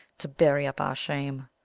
to bury up our shame.